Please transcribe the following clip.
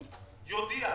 יודיע.